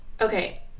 Okay